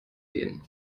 gehen